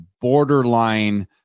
borderline